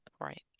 Right